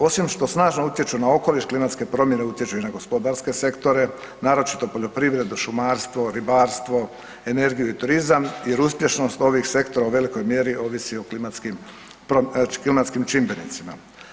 Osim što snažno utječu na okoliš, klimatske promjene i na utječu gospodarske sektore, naročito poljoprivredu, šumarstvo, ribarstvo, energiju i turizam jer uspješnost ovih sektora u velikoj mjeri ovisi o klimatskim čimbenicima.